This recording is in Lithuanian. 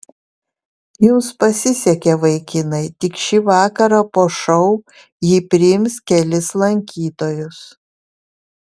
jums pasisekė vaikinai tik šį vakarą po šou ji priims kelis lankytojus